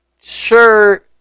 sure